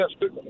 Yes